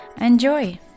enjoy